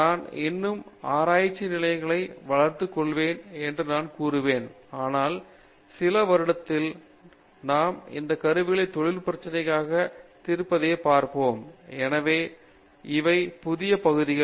நான் இன்னும் ஆராய்ச்சி நிலையங்களை வளர்த்துக் கொள்வேன் என்று நான் கூறுவேன் ஆனால் சில வருடத்தில் நாம் இந்த கருவிகளை தொழில் பிரச்சினைகளைத் தீர்ப்பதைப் பார்ப்போம் எனவே இவை புதிய பகுதிகள்